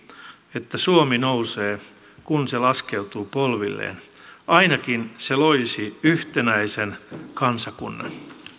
että suomi nousee kun se laskeutuu polvilleen ainakin se loisi yhtenäisen kansakunnan